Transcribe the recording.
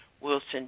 Wilson